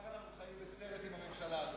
גם כך אנחנו חיים בסרט עם הממשלה הזאת,